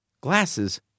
glasses